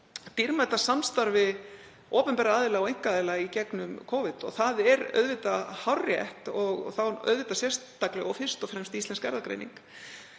dýrmæta samstarfi opinberra aðila og einkaaðila í gegnum Covid. Það er auðvitað hárrétt og þá sérstaklega og fyrst og fremst Íslensk erfðagreining,